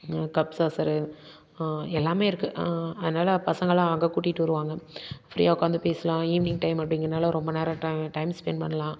cup saucer எல்லாமே இருக்குது அதனால் பசங்களெல்லாம் அங்கே கூட்டிகிட்டு வருவாங்க ஃப்ரீயாக உட்காந்து பேசலாம் ஈவினிங் டைம் அப்படிங்கிறனால ரொம்ப நேரம் டை டைம்ஸ் ஸ்பெண்ட் பண்ணலாம்